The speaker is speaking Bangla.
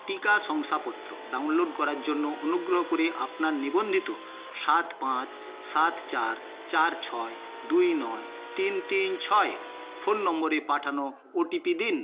টিকা শংসাপত্র ডাউনলোড করার জন্য অনুগ্রহ করে আপনার নিবন্ধিত সাত পাঁচ সাত চার চার ছয় দুই নয় তিন তিন ছয় ফোন নম্বরে পাঠানো ওটিপি দিন